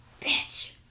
bitch